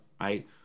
right